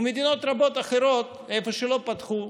ומדינות רבות אחרות, איפה שלא פתחו,